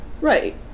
Right